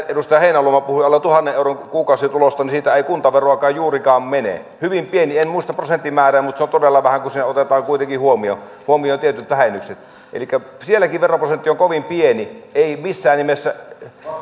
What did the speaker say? edustaja heinäluoma puhui alle tuhannen euron kuukausitulosta siitä ei kuntaveroakaan juurikaan mene hyvin pieni en muista prosenttimäärää mutta se on todella vähän kun siinä otetaan kuitenkin huomioon tietyt vähennykset elikkä sielläkin veroprosentti on kovin pieni ei missään nimessä